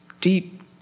deep